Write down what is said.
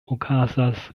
okazas